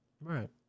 Right